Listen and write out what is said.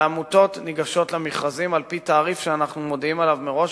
והעמותות ניגשות למכרזים על-פי תעריף שאנחנו מודיעים עליו מראש.